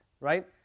right